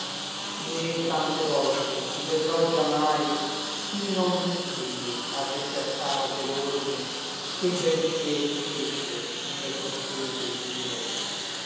né tante volte ti vedrò già mai ch'i non m'inchini a ricercar de l'orme che l bel pie fece in quel cortese giro